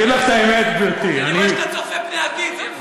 אתה צופה פני עתיד.